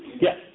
Yes